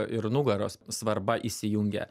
ir nugaros svarba įsijungia